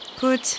Good